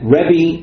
Rebbe